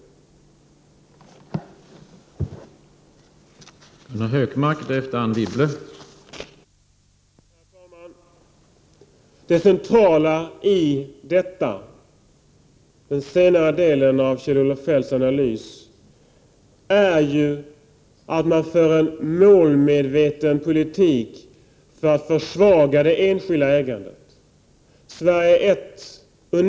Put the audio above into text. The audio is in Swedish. lönt VE RT ST a gg Re é. RANN definition, som Anne Wibble nu uttalar sin fasa över. och AP-fondernas aktieköp Gunnar Hökmark skall inte blåsa upp sig och tro att han är med om något